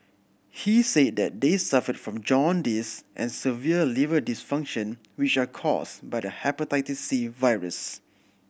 he said that they suffered from jaundice and severe liver dysfunction which are caused by the Hepatitis C virus